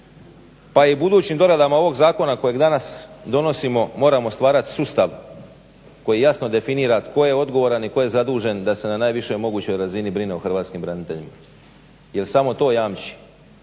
pa i budućim doradama ovog zakona kojeg danas donosimo moramo stvarat sustav koji jasno definira tko je odgovoran i tko je zadužen da se na najvišoj mogućnoj razini brine o hrvatskim braniteljima jer samo to jamči